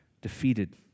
defeated